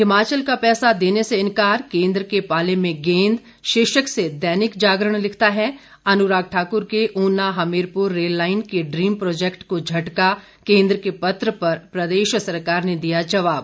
हिमाचल का पैसा देने से इंकार केंद्र के पाले में गेंद शीर्षक से दैनिक जागरण लिखता है अनुराग ठाकुर के ऊना हमीरपुर रेललाइन के ड्रीम प्रोजेक्ट को झटका केंद्र के पत्र पर प्रदेश सरकार ने दिया जवाब